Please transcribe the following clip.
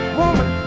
woman